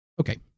Okay